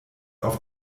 auf